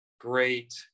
great